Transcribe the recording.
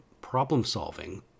problem-solving